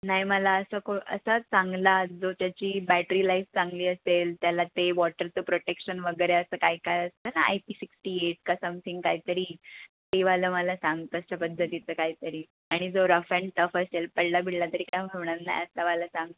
नाही मला असं को असा चांगला जो त्याची बॅटरी लाईफ चांगली असेल त्याला ते वॉटरचं प्रोटेक्शन वगैरे असं काय काय असतं ना आय पी सिक्स्टी एट का समथिंग कायतरी तेवालं मला सांग तशा पद्धतीचं कायतरी आणि जो रफ अँड टफ असेल पडला बिडला तरी काय होणार नाही असावाला सांग